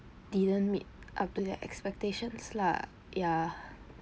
didn't meet up to their expectations lah ya